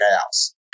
house